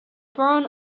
brown